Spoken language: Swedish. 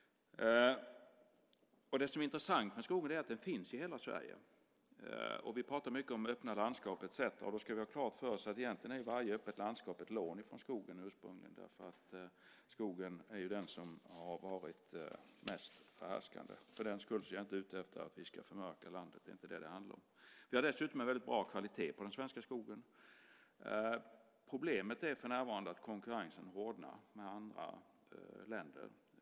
Det som är intressant med skogen är att den finns i hela Sverige. Vi pratar mycket om öppna landskap etcetera. Då ska vi ha klart för oss att varje öppet landskap ursprungligen egentligen är ett lån från skogen, därför att skogen är den som har varit mest förhärskande. För den skull är jag inte ute efter att vi ska förmörka landet. Det är inte det som det handlar om. Vi har dessutom en väldigt bra kvalitet på den svenska skogen. Problemet är för närvarande att konkurrensen med andra länder hårdnar.